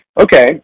Okay